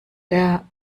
der